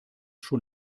schon